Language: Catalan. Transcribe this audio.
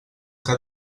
que